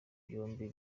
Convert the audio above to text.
byombi